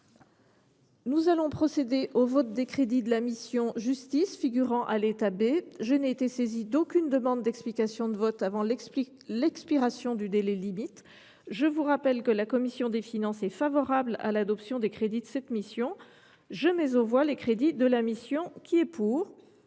Nous allons procéder au vote des crédits de la mission « Justice » figurant à l’état B. Je n’ai été saisie d’aucune demande d’explication de vote avant l’expiration du délai limite. Je vous rappelle que la commission des finances est favorable à l’adoption des crédits de cette mission. Je mets aux voix ces crédits, modifiés. Nous